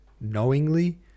knowingly